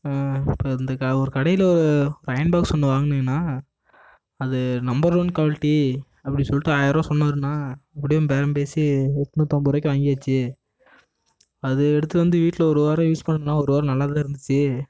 இப்போ வந்து க ஒரு கடையில் ஒரு இப்போ அயர்ன் பாக்ஸ் ஒன்று வாங்கினேண்ணா அது நம்பர் ஒன் குவாலிட்டி அப்படி சொல்லிட்டு ஆயிரம் ரூபா சொன்னார்ண்ணா எப்படியும் பேரம் பேசி எட்நூற்று ஐம்பது ரூபாயிக்கி வாங்கியாச்சு அது எடுத்து வந்து வீட்டில் ஒரு வாரம் யூஸ் பண்ணிணோம் ஒரு வாரம் நல்லா தான் இருந்துச்சு